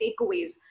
takeaways